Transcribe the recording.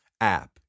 app